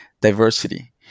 Diversity